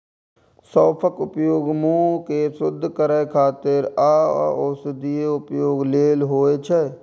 सौंफक उपयोग मुंह कें शुद्ध करै खातिर आ औषधीय उपयोग लेल होइ छै